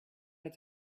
had